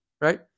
right